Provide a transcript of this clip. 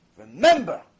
Remember